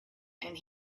and